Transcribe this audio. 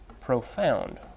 profound